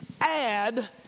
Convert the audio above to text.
add